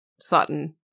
Sutton